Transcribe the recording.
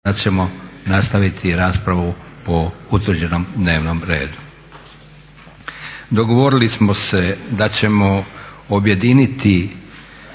sad ćemo nastaviti raspravu po utvrđenom dnevnom redu. Dogovorili smo se da ćemo objediniti